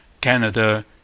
Canada